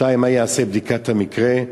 2. מה ייעשה לבדיקת המקרה?